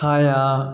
छाया